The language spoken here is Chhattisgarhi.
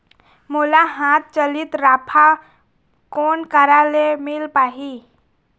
मोला हाथ चलित राफा कोन करा ले मिल पाही?